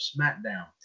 SmackDown